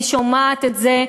אני שומעת את זה,